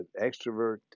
extrovert